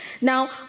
Now